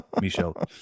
Michelle